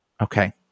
Okay